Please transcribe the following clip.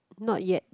not yet